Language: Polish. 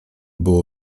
było